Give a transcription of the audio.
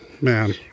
man